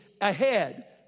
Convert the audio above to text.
ahead